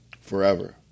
forever